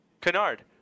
Canard